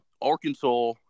Arkansas